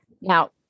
Now